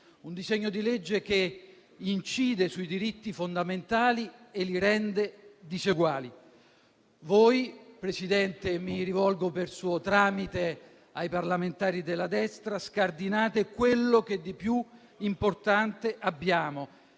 un disegno di legge che incide sui diritti fondamentali e li rende diseguali. Voi - Presidente, mi rivolgo per suo tramite ai parlamentari della destra - scardinate quello che di più importante abbiamo,